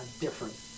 different